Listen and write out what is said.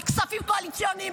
על כספים קואליציוניים,